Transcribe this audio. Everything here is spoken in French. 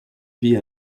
vit